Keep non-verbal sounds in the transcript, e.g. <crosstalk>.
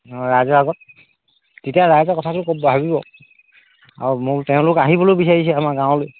অঁ ৰাইজৰ আগত তেতিয়া ৰাইজৰ কথাটো ক'ব ভাবিব আৰু <unintelligible> তেওঁলোক আহিবলৈ বিচাৰিছে আমাৰ গাঁৱলৈ